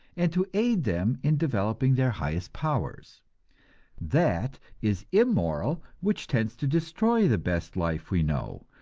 and to aid them in developing their highest powers that is immoral which tends to destroy the best life we know,